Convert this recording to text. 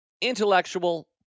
intellectual